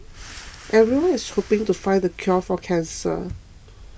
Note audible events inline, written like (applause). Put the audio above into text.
(noise) everyone's hoping to find the cure for cancer